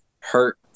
hurt